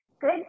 good